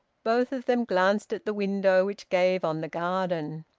both of them glanced at the window, which gave on the garden.